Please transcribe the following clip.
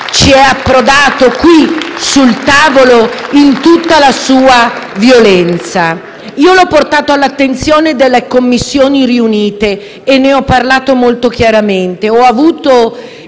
è approdata qui, sul tavolo, in tutta la sua violenza. Io l'ho portata all'attenzione delle Commissioni riunite e ne ho parlato molto chiaramente.